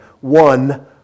one